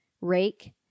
rake